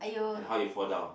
and how you fall down